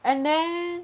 and then